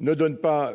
Ne donne pas,